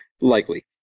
Likely